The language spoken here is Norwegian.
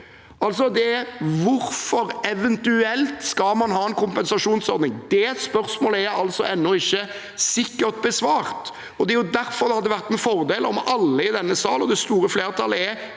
«hvorfor» og «eventuelt» om spørsmålet om en kompensasjonsordning. Det spørsmålet er altså ennå ikke sikkert besvart. Det er der for det hadde vært en fordel om alle i denne salen – det store flertallet er